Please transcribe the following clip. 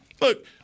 look